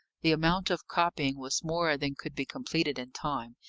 the amount of copying was more than could be completed in time,